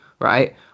right